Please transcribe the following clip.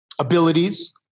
abilities